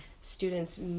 students